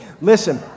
Listen